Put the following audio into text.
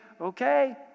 okay